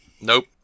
Nope